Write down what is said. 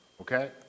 okay